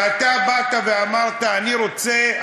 ואתה באת ואמרת: אני רוצה,